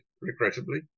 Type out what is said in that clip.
regrettably